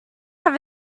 have